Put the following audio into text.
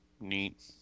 Neat